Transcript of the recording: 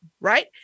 right